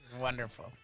Wonderful